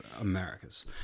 Americas